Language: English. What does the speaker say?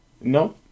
No